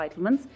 entitlements